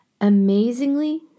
Amazingly